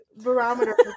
barometer